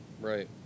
Right